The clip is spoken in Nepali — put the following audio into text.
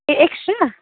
A extra